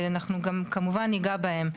ואנחנו כמובן ניגע בהם גם.